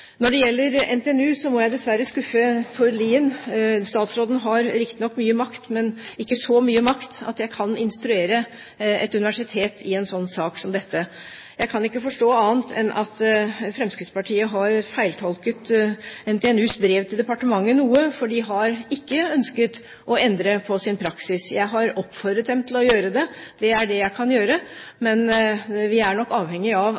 Når det gjelder NTNU, må jeg dessverre skuffe Tord Lien. Statsråden har riktignok mye makt, men ikke så mye makt at hun kan instruere et universitet i en sak som denne. Jeg kan ikke forstå annet enn at Fremskrittspartiet har feiltolket NTNUs brev til departementet noe, for NTNU har ikke ønsket å endre sin praksis. Jeg har oppfordret dem til å gjøre det, det er det jeg kan gjøre, men vi er nok avhengig av